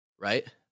right